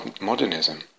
modernism